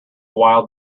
wild